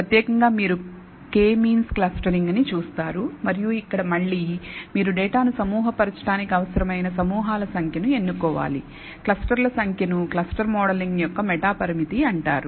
ప్రత్యేకంగా మీరు K means clustering ని చూస్తారు మరియు ఇక్కడ మళ్ళీ మీరు డేటాను సమూహపరచడానికి అవసరమైన సమూహాల సంఖ్యను ఎన్నుకోవాలి క్లస్టర్ల సంఖ్యను క్లస్టరింగ్ మోడలింగ్ యొక్క మెటా పరామితి అంటారు